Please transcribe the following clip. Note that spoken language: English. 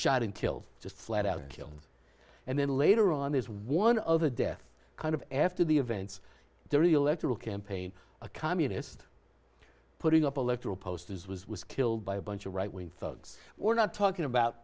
shot and killed just flat out killed and then later on there's one other death kind of after the events their electoral campaign a communist putting up electoral posters was was killed by a bunch of right wing thugs we're not talking about